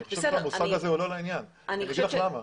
אני חושב שהמושג הזה הוא לא לעניין ואני אומר לך למה.